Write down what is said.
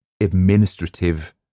administrative